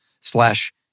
slash